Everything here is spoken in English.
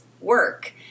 work